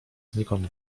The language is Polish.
znikąd